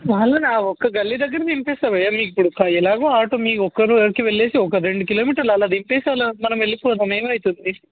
వాళ్ళ దా ఒక్క గల్లీ దగ్గర దింపేస్తాను భయ్యా మీకు ఇప్పుడు ఎలాగో ఆటో మీకు ఒకరికి వెళ్లి ఒక రెండు కిలోమీటర్లు అలా దింపేసి అలా మనం వెళ్లిపోదాం ఏమవుతుంది